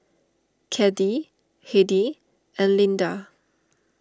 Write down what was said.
Caddie Heidi and Lynda